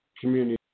community